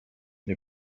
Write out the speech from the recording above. nie